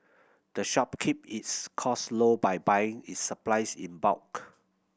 the shop keep its cost low by buying its supplies in bulk